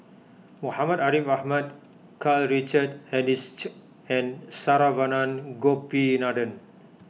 Muhammad Ariff Ahmad Karl Richard Hanitsch and Saravanan Gopinathan